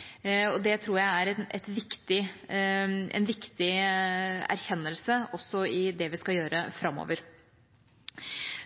utfordringer. Det tror jeg er en viktig erkjennelse også i det vi skal gjøre framover.